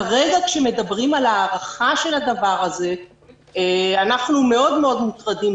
כרגע כשמדברים על הארכה של הדבר הזה אנחנו מאוד מאוד מוטרדים.